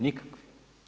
Nikakvi.